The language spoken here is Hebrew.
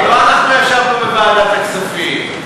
לא אנחנו ישבנו בוועדת הכספים.